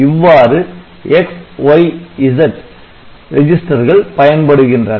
இவ்வாறு X Y மற்றும் Z ரெஜிஸ்டர்கள் பயன்படுகின்றன